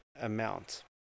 amount